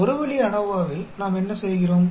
ஒரு வழி ANOVAஇல் நாம் என்ன செய்கிறோம்